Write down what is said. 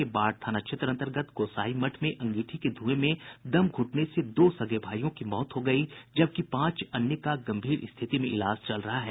पटना जिले के बाढ़ थाना क्षेत्र अंतर्गत गोसाईं मठ में अंगीठी के ध्रंए में दम घूटने से दो भाईयों की मौत हो गयी जबकि पांच अन्य का गंभीर स्थिति में इलाज चल रहा है